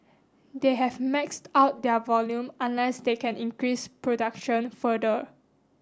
they have max out their volume unless they can increase production further